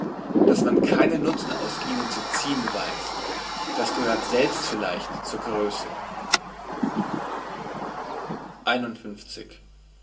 dass man keinen nutzen aus ihnen zu ziehn weiss das gehört selbst vielleicht zur grösse